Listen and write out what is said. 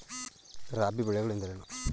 ರಾಬಿ ಬೆಳೆಗಳು ಎಂದರೇನು?